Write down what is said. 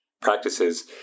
practices